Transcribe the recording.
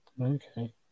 Okay